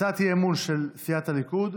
הצעת האי-אמון של סיעת הליכוד.